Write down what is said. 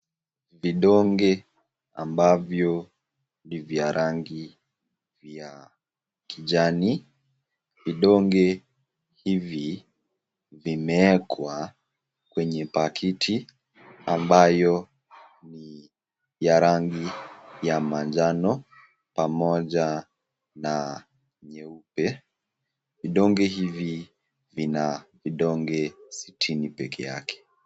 Vidonge ambavyo ni vya rangi ya kijani. Vidonge hivi vimewekwa kwenye pakiti ambayo ni ya rangi ya manjano pamoja na nyeupe. Vidonge hivi vina vidonge sitini peke yake.